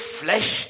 flesh